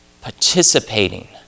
participating